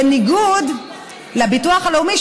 בניגוד לביטוח הלאומי,